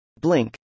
Blink